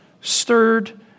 stirred